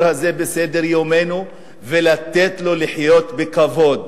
הזה בסדר-יומנו ולתת לו לחיות בכבוד.